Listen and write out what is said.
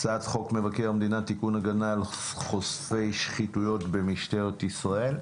הצעת חוק מבקר המדינה (תיקון הגנה על חושפי שחיתויות במשטרת ישראל),